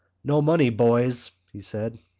no money, boys, he said.